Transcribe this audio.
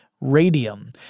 radium